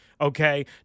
Okay